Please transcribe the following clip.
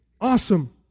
awesome